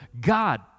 God